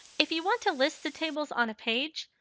if you want to list the tables on a page,